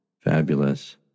Fabulous